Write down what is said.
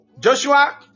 Joshua